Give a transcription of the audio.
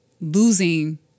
losing